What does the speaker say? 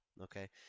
okay